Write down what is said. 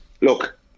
Look